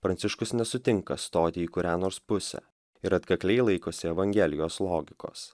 pranciškus nesutinka stoti į kurią nors pusę ir atkakliai laikosi evangelijos logikos